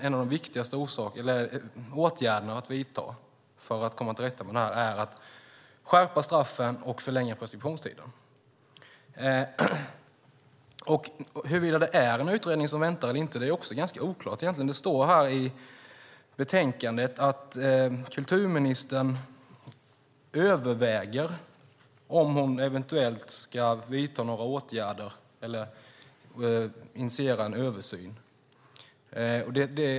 En av de viktigaste åtgärderna att vidta för att komma till rätta med brottsligheten är att skärpa straffen och förlänga preskriptionstiden. Huruvida det finns en utredning som väntar eller inte är oklart. Det står i betänkandet att kulturministern överväger om hon ska vidta några åtgärder eller initiera en översyn.